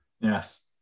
yes